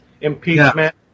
impeachment